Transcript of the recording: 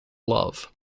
love